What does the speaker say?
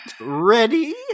ready